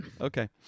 okay